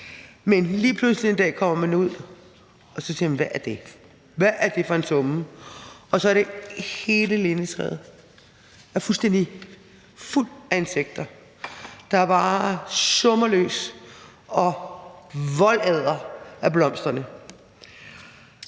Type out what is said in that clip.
Men lige pludselig en dag kommer man ud, og man tænker: Men hvad er det for en summen? Og så er hele lindetræet fuldstændig fuldt af insekter, der bare summer løs og voldæder af blomsterne